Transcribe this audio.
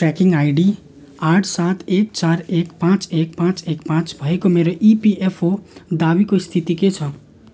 tracking ID आठ सात एक चार एक पाँच एक पाँच एक पाँच भएको मेरो इपिएफओ दावीको स्थिति के छ